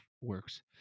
works